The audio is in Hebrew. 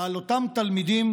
על אותם תלמידים,